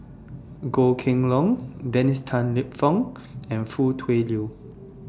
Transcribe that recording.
Goh Kheng Long Dennis Tan Lip Fong and Foo Tui Liew